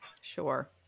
Sure